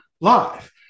live